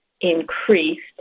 increased